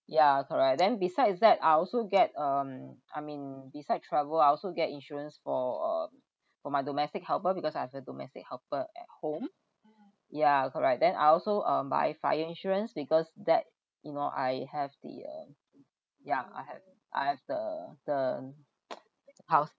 ya correct then besides that I also get um I mean beside travel I also get insurance for uh for my domestic helper because I've a domestic helper at home ya correct then I also um buy fire insurance because that you know I have the uh ya I have I have the the house